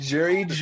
Jerry